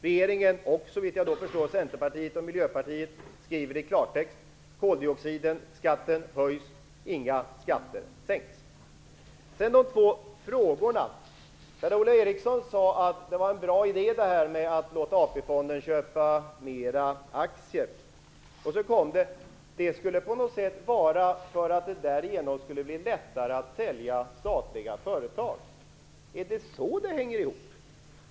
Regeringen, och såvitt jag förstår också Centerpartiet och Miljöpartiet, skriver i klartext att koldioxidskatten höjs och att inga skatter sänks. Så till de två frågorna: Per-Ola Eriksson sade att det var en bra idé att låta AP-fonderna köpa flera aktier. Det skulle därigenom på något sätt bli lättare att sälja statliga företag. Är det så det hänger ihop?